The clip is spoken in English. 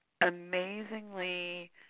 amazingly